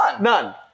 None